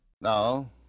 Now